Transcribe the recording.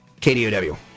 KDOW